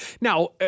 Now